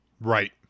Right